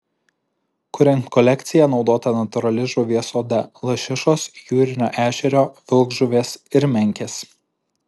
kuriant kolekciją naudota natūrali žuvies oda lašišos jūrinio ešerio vilkžuvės ir menkės